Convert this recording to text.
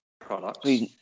products